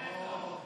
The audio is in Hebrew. בטח, בטח.